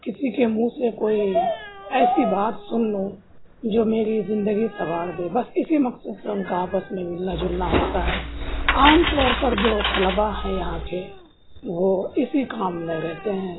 کسی کے منہ سے کوئی ایسی بات سن لوں جو میری زندگی سنوار دے بس اسی مقصد سے ان کا آپس میں ملنا جلنا ہوتا ہے عام طور پر جو طلباء ہیں یہاں کے وہ اسی کام میں رہتے ہیں